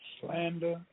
slander